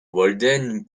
walden